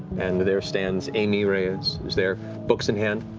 and there stands aimee reyes, who's there, books in hand.